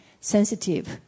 sensitive